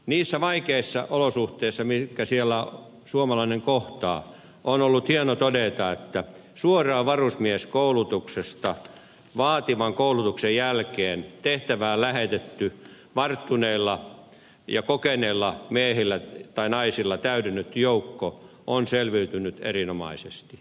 niistä vaikeista olosuhteista mitkä siellä suomalainen kohtaa on ollut hieno todeta että suoraan varusmieskoulutuksesta vaativan koulutuksen jälkeen tehtävään lähetetty varttuneilla ja kokeneilla miehillä tai naisilla täydennetty joukko on selviytynyt erinomaisesti